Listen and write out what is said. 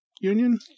union